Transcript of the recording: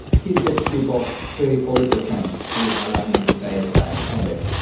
he tips people thirty, forty percent. he allowed me to say that in public.